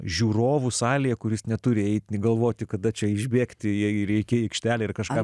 žiūrovų salėje kuris neturi eiti galvoti kada čia išbėgti jei reikia į aikštelę ir kažką